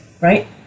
right